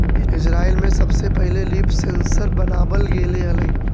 Israel में सबसे पहिले लीफ सेंसर बनाबल गेले हलई